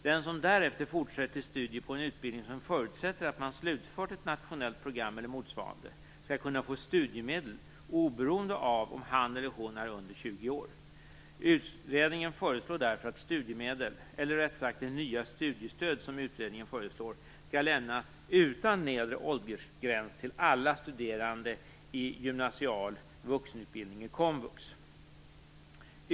Den som därefter fortsätter studier på en utbildning som förutsätter att man slutfört ett nationellt program eller motsvarande skall kunna få studiemedel oberoende av om han eller hon är under 20 år. Utredningen föreslår därför att studiemedel - eller rättare sagt det nya studiestöd som utredningen föreslår - skall lämnas utan nedre åldersgräns till alla studerande i gymnasial vuxenutbildning i komvux.